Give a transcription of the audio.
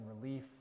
relief